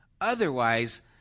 Otherwise